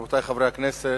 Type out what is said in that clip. רבותי חברי הכנסת,